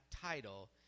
title